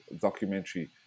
documentary